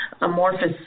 amorphous